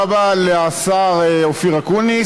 תודה רבה לשר אופיר אקוניס.